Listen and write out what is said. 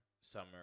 summer